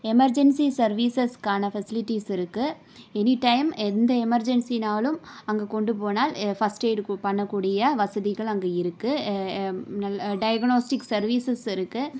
emergency சர்வீசஸ்க்கான facilities இருக்குது any time எந்த எமர்ஜென்சினாலும் அங்கே கொண்டு போனால் ஏ ஃபர்ஸ்ட் ஏய்டு கு பண்ணக்கூடிய வசதிகள் அங்கே இருக்குது நல்ல டயக்னோஸ்டிக்ஸ் சர்வீசஸ் இருக்குது